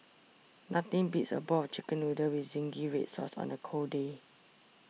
nothing beats a bowl of Chicken Noodles with Zingy Red Sauce on a cold day